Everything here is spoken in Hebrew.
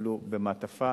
יקבלו במתנה מעטפה